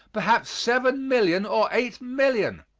perhaps seven million or eight million.